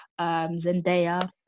Zendaya